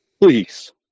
please